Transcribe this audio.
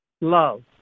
love